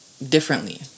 differently